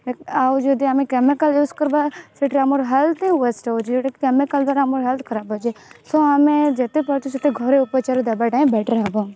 ଆଉ ଯଦି ଆମେ କେମିକାଲ ୟୁଜ କରିବା ସେଥିରେ ଆମର ହେଲଥ ୱେଷ୍ଟ ହଉଛି ଯେଉଁଟାକି କେମିକାଲ ଦ୍ୱାରା ଆମ ହେଲଥ ଖରାପ ହଉଛି ସୋ ଆମେ ଯେତେ ପାରୁଛୁ ସେତେ ଘରେ ଉପଚାର ଦେବାଟା ବେଟର ହବ